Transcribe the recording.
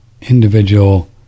individual